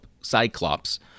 Cyclops